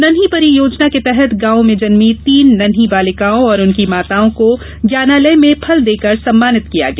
नन्ही परी योजना के तहत गांव में जन्मी तीन नन्ही बालिकाओं एवं उनकी माताओं को ज्ञानालय में फल देकर सम्मानित किया गया